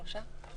שלושה?